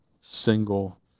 single